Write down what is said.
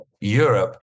Europe